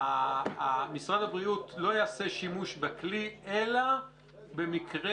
משרד הבריאות לא יעשה שימוש בכלי אלא במקרה